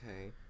okay